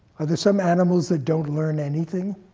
are there some animals that don't learn anything?